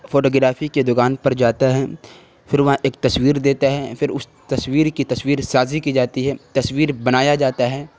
photography کے دکان پر جاتا ہے پھر وہاں ایک تصویر دیتا ہے پھر اس تصویر کی تصویر سازی کی جاتی ہے تصویر بنایا جاتا ہے